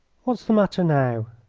what's the matter now?